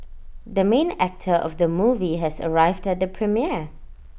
the main actor of the movie has arrived at the premiere